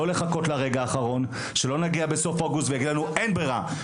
אסור לחכות לרגע האחרון שאז יגידו לנו שאין ברירה,